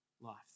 life